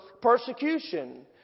persecution